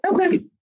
Okay